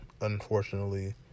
unfortunately